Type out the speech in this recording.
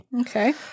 Okay